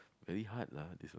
very hard lah